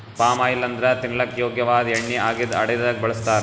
palm oil ಅಂದ್ರ ತಿನಲಕ್ಕ್ ಯೋಗ್ಯ ವಾದ್ ಎಣ್ಣಿ ಆಗಿದ್ದ್ ಅಡಗಿದಾಗ್ ಬಳಸ್ತಾರ್